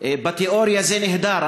בתיאוריה זה נהדר.